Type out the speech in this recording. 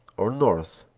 or north.